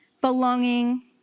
belonging